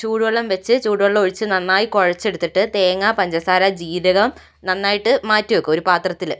ചൂടുവെള്ളം വച്ച് ചൂടുവെള്ളം ഒഴിച്ച് നന്നായി കുഴച്ചെടുത്തിട്ട് തേങ്ങ പഞ്ചസാര ജീരകം നന്നായിട്ട് മാറ്റി വെയ്ക്കുക ഒരു പാത്രത്തിൽ